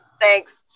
Thanks